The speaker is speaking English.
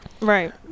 Right